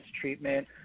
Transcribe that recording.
treatment